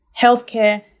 healthcare